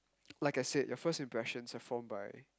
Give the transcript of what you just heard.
like I said your first impressions are formed by